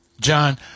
John